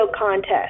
contest